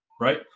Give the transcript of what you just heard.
right